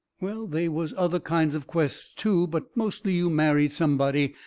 well, they was other kind of quests too, but mostly you married somebody,